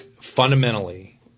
fundamentally